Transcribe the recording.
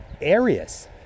areas